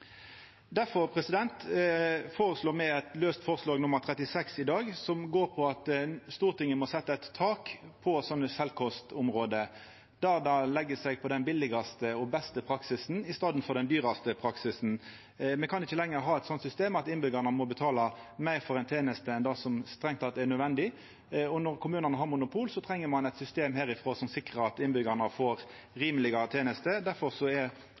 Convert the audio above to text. me i dag fram forslag nr. 36, som går på at Stortinget må setja eit tak på sånne sjølvkostområde, der dei legg seg på den billegaste og beste praksisen, i staden for den dyraste praksisen. Me kan ikkje lenger ha eit system der innbyggjarane må betala meir for ei teneste enn det som strengt tatt er nødvendig, og når kommunane har monopol, treng me eit system herifrå som sikrar at innbyggjarane får rimelegare tenester. Difor er